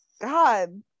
god